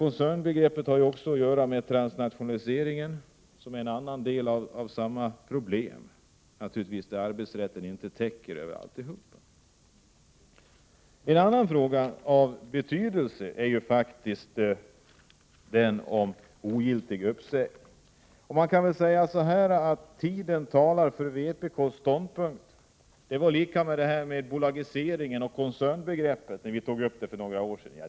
Koncernbegreppet har också att göra med transnationaliseringen, som är en annan del av samma problem och där arbetsrätten naturligtvis inte täcker allt. En annan fråga av betydelse är den om ogiltig uppsägning. Man kan väl säga att tiden talar för vpk:s ståndpunkt. Det var likadant då vi för några år sedan tog upp frågan om bolagiseringen och koncernbegreppet.